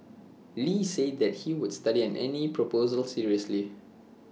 lee said that he would study any proposal seriously